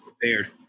prepared